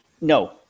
no